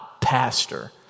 pastor